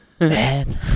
Man